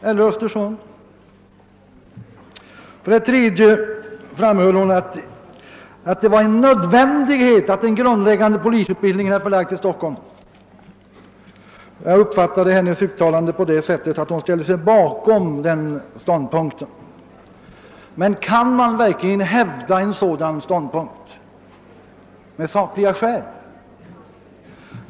Slutligen sade fröken Ljungberg att det var nödvändigt att den grundläggande polisutbildningen är förlagd till Stockholm; i varje fall uppfattade jag hennes uttalande så att hon ställde sig bakom den ståndpunkten. Men kan man verkligen hävda den meningen med sakliga skäl?